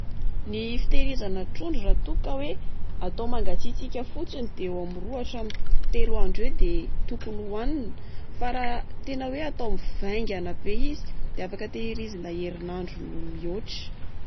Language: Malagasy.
Ny fitehirizana trondro raha toa ka hoe atao mangatsitsaika fotsiny? Dia eo amin'ny roa hatramin'ny telo andro eo de tokony hohanina. Fa raha tena hoe atao mivaingana be izy de afaka tehirizina erinandro noho mihoatra.